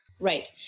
Right